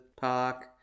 park